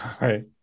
right